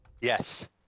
Yes